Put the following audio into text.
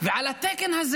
ועל התקן הזה